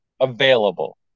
available